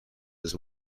this